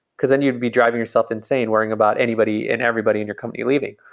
because then you'd be driving yourself insane worrying about anybody and everybody in your company leaving,